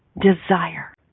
desire